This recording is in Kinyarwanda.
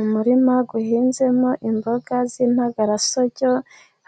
Umurima uhinzemo imboga z'intagarasoryo,